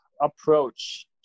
approach